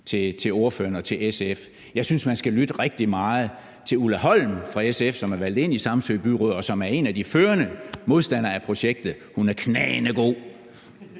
til ordføreren og SF: Jeg synes, at man skal lytte rigtig meget til Ulla Holm fra SF, som er valgt ind i Samsø Byråd, og som er en af de førende modstandere af projektet. Hun er knagende god.